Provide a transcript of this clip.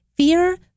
Fear